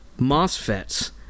MOSFETs